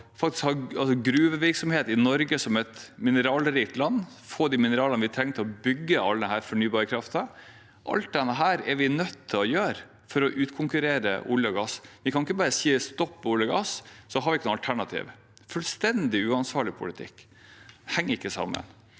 inn på gruvevirksomhet i Norge, som er et mineralrikt land, slik at vi kan få de mineralene vi trenger til å bygge all denne fornybare kraften. Alt dette er vi nødt til å gjøre for å utkonkurrere olje og gass. Vi kan ikke bare si stopp til olje og gass, og så ikke ha noe alternativ. Det er fullstendig uansvarlig politikk – det henger ikke sammen.